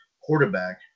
quarterback